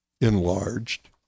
enlarged